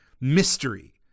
mystery